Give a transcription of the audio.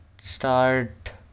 start